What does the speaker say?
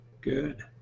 good